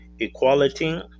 equality